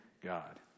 God